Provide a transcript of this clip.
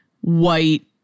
white